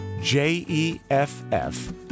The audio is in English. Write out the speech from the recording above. J-E-F-F